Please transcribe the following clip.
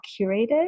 Curated